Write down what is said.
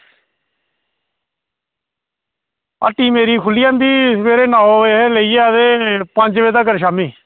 हट्टी मेरी खु'ल्ली जंदी सवेरे नौ बजे लेइयै ते पंज बजे तगर शामीं